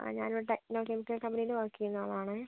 ആ ഞാൻ ഇവിടെ ടെക്നോ കെമിക്കൽ കമ്പനിയിൽ വർക്ക് ചെയ്യുന്ന ആളാണേ